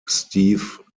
steve